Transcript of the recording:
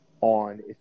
on